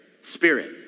spirit